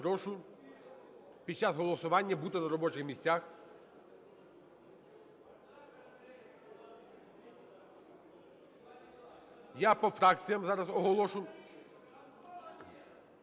Я по фракціях зараз оголошу.